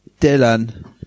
Dylan